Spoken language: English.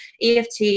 EFT